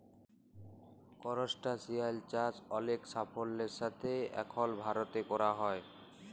করসটাশিয়াল চাষ অলেক সাফল্যের সাথে এখল ভারতে ক্যরা হ্যয়